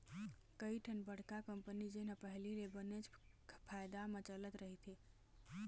कइठन बड़का कंपनी जेन ह पहिली ले बनेच फायदा म चलत रहिथे